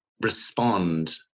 respond